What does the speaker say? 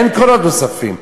אין קרונות נוספים.